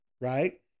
Right